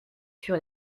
sur